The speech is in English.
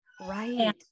Right